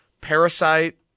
parasite